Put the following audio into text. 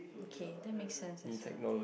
okay that makes sense as well